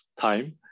time